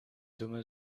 summe